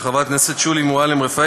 של חברת הכנסת שולי מועלם-רפאלי,